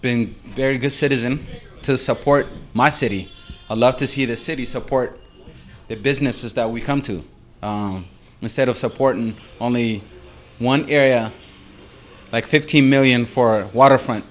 being very good citizen to support my city i love to see the city support the businesses that we come to instead of support and only one area like fifteen million for waterfront